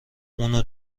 اونو